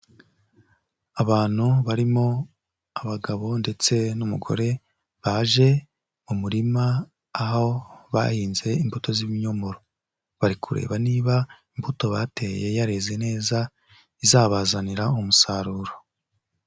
Abantu barimo abagabo ndetse n'umugore baje mu murima, aho bahinze imbuto z'ibinyomoro, bari kureba niba imbuto bateye yareze neza, izabazanira umusaruro.